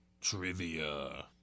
trivia